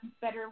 better